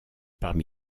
parmi